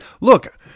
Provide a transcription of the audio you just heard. look